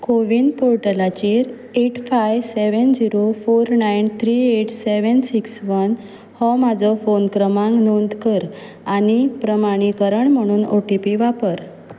कोविन पोर्टलाचेर eight five seven zero four nine three eight seven six one हो म्हजो phone क्रमांक नोंद कर आनी प्रमाणीकरण म्हणून ओ टी पी वापर